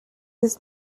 his